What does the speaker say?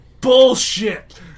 bullshit